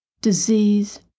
disease